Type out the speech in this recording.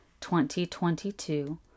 2022